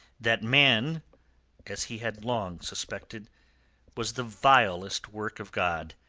that man as he had long suspected was the vilest work of god,